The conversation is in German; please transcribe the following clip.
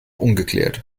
ungeklärt